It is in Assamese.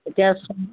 এতিয়া চব